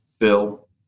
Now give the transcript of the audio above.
Phil